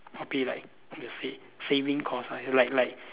probably like the save saving course ah like like